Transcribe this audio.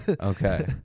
Okay